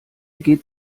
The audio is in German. geht